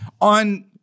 on